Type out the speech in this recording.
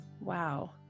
Wow